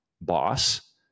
boss